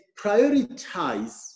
prioritize